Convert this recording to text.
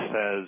says